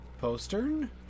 postern